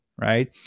right